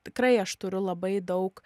tikrai aš turiu labai daug